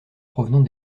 provenant